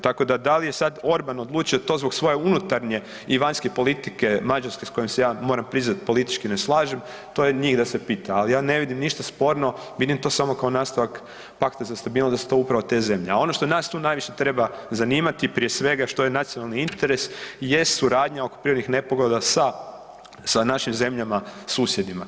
Tako da dal' je sad Orban odlučio to zbog svoje unutarnje i vanjske politike Mađarske s kojom se ja, moram priznati, politički ne slažem, to je njih da se pita, al' ja ne vidim ništa sporno, vidim to samo kao nastavak Pakta za stabilnost, da su upravo te zemlje, a ono što nas tu najviše treba zanimati prije svega što je nacionalni interes jesu radnje oko prirodnih nepogoda sa našim zemljama susjedima.